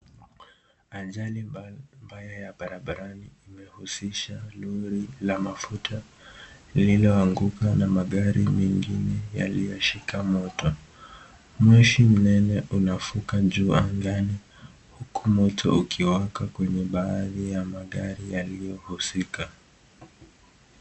Ajali mbaya ya barabarani imehusisha lori la mafuta lililoanguka na magari mengine yaliyoshika moto. Moshi mnene unavuka juu angani huku moto ukiwaka kwenye baadhi ya magari yaliyo husika.